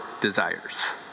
desires